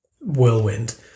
whirlwind